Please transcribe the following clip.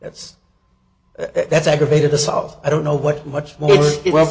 that's that's aggravated assault i don't know what much